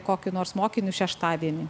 kokiu nors mokiniu šeštadienį